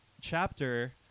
chapter